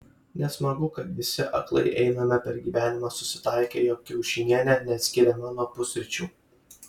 nesmagu kad visi aklai einame per gyvenimą susitaikę jog kiaušinienė neatskiriama nuo pusryčių